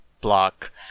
Block